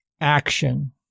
action